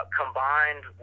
combined